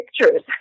pictures